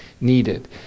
needed